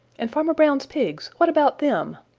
and farmer brown's pigs, what about them?